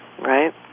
Right